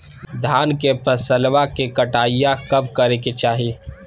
धान के फसलवा के कटाईया कब करे के चाही?